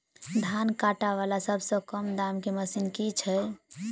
धान काटा वला सबसँ कम दाम केँ मशीन केँ छैय?